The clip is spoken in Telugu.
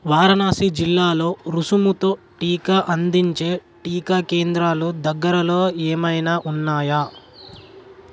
వారనాసి జిల్లాలో రుసుముతో టీకా అందించే టీకా కేంద్రాలు దగ్గరలో ఏమైనా ఉన్నాయా